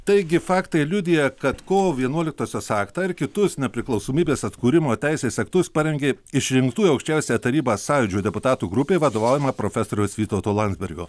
taigi faktai liudija kad kovo vienuoliktosios aktą ir kitus nepriklausomybės atkūrimo teisės aktus parengė išrinktų į aukščiausiąją tarybą sąjūdžio deputatų grupė vadovaujama profesoriaus vytauto landsbergio